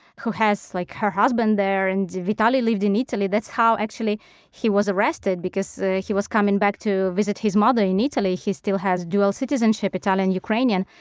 who has like her husband there. and vitaliy lived in italy. that's how actually he was arrested because ah he was coming back to visit his mother in italy. he still has dual citizenship, italian, ukrainian.